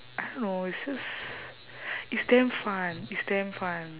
I don't know it's just it's damn fun it's damn fun